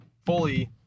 fully